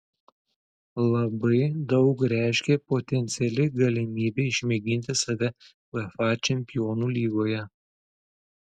labai daug reiškė potenciali galimybė išmėginti save uefa čempionų lygoje